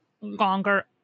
longer –